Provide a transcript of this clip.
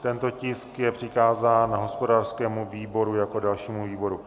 Tento tisk je přikázán hospodářskému výboru jako dalšímu výboru.